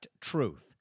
Truth